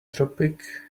tropic